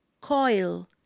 Coil